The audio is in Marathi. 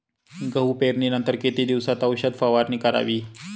गहू पेरणीनंतर किती दिवसात औषध फवारणी करावी?